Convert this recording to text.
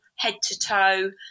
head-to-toe